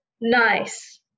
nice